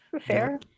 fair